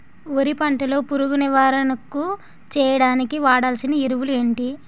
వరి పంట లో పురుగు నివారణ చేయడానికి వాడాల్సిన ఎరువులు ఏంటి?